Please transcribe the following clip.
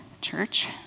church